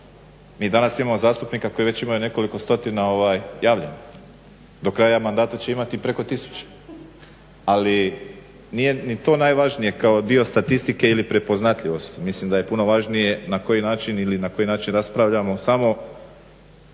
Mi danas imamo zastupnika koji već imaju nekoliko stotina javljanja. Do kraja mandata će imati preko tisuću. Ali nije ni to najvažnije kao dio statistike ili prepoznatljivosti. Mislim da je puno važnije na koji način raspravljamo. Samo